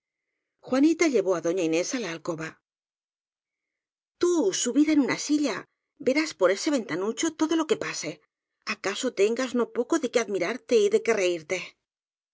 juanita llevó á doña inés á la alcoba tú subida en una silla verás por ese venta nucho todo lo que pase acaso tengas no poco de qué admirarte y de qué reirte